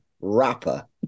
rapper